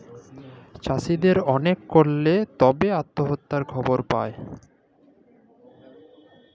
চাষীদের অলেক কারলে ছব আত্যহত্যার খবর পায়